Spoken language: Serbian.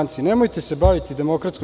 Nemojte se baviti DS.